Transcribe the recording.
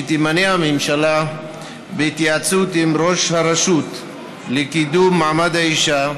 שתמנה הממשלה בהתייעצות עם ראש הרשות לקידום מעמד האישה,